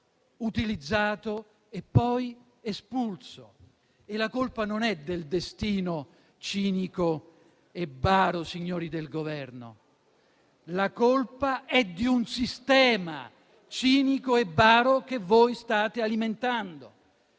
utilizzato e poi espulso. La colpa non è del destino cinico e baro, signori del Governo, ma di un sistema cinico e baro che voi state alimentando.